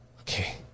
okay